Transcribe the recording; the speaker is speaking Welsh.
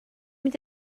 mynd